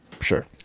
sure